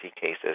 cases